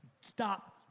stop